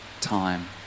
time